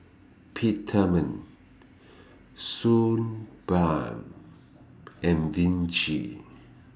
Peptamen Suu Balm and Vichy